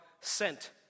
sent